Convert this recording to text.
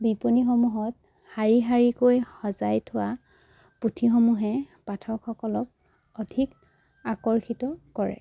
বিপণীসমূহত শাৰী শাৰীকৈ সজাই থোৱা পুথিসমূহে পাঠকসকলক অধিক আকৰ্ষিত কৰে